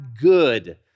good